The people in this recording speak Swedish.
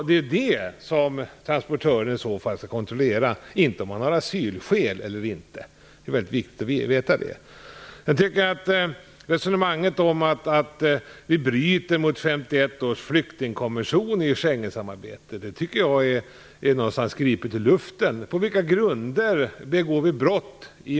Det är den saken transportören i så fall skall kontrollera, inte om det finns asylskäl eller inte. Det är viktigt att veta det. Jag tycker att resonemanget om att vi bryter mot 1951 års flyktingkonvention i Schengensamarbetet är gripet ur luften. På vilka grunder gör vi det?